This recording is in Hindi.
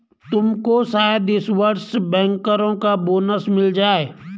तुमको शायद इस वर्ष बैंकरों का बोनस मिल जाए